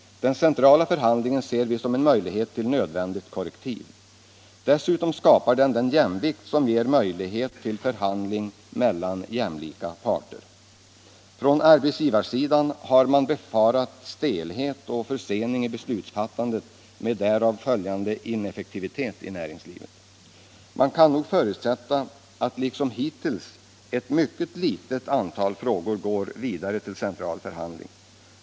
Den centrala förhandlingen ser vi som en möjlighet till nödvändigt korrektiv. Dessutom skapar den en jämvikt som ger möjlighet till förhandling mellan jämlika parter. Från arbetsgivarsidan har man befarat stelhet och försening i beslutsfattandet med därav följande ineffektivitet i näringslivet. Det kan nog förutsättas att liksom hittills ett mycket litet antal frågor går vidare till central förhandling.